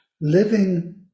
living